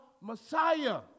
Messiah